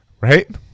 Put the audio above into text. Right